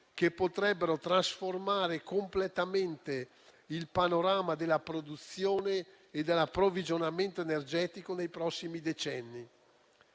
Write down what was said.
che potrebbero trasformare completamente il panorama della produzione e dell'approvvigionamento energetico nei prossimi decenni.